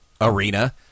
arena